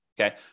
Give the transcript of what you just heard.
okay